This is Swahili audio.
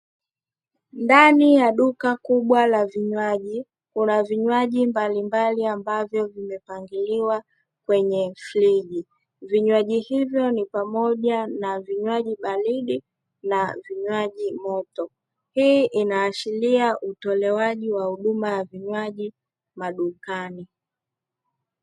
Ndani ya duka kubwa la vinywaji kuna vinywaji mbalimbali ambavyo vimepangiliwa kwenye friji, vinywaji hivyo ni pamoja na vinywaji baridi na vinywaji moto. Hii inaashiria utolewaji wa huduma ya vinywaji madukani.